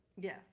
yes